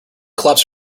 collapsed